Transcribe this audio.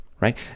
right